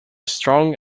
strong